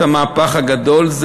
זה את המהפך הגדול.